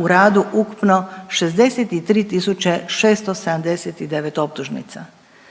u radu ukupno 63.679 optužnica.